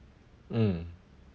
mm